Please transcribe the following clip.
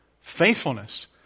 faithfulness